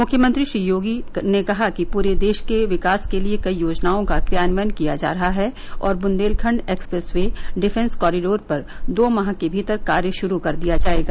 मुख्यमंत्री श्री योगी कहा कि पूरे देश के विकास के लिए कई योजनाओं का क्रियावन्यन किया जा रहा है और Bundelkhand expressway defence corridor पर दो माह के भीतर कार्य शुरू कर दिया जायेगा